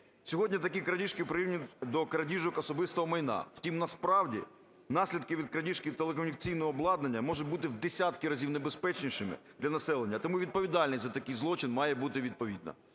Сьогодні такі крадіжки прирівнюють до крадіжок особистого майна. Втім, насправді, наслідки від крадіжки телекомунікаційного обладнання можуть бути в десятки разів небезпечнішими для населення, тому відповідальність за такий злочин має бути відповідна.